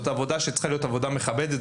זו עבודה שצריכה להיות עבודה מכבדת.